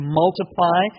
multiply